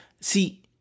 see